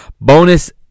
bonus